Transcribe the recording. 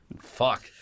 Fuck